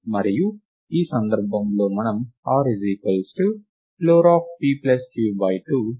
మరియు ఈ సందర్భంలో మనము r ఫ్లోర్pq2